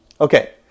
Okay